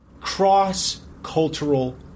Cross-cultural